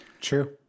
true